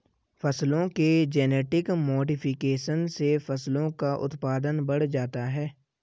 फसलों के genetic modification से फसलों का उत्पादन बढ़ जाता है